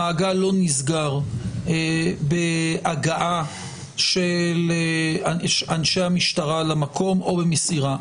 המעגל לא נסגר בהגעה של אנשי המשטרה למקום או במסירה.